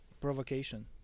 provocation